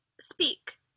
speak